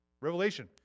Revelation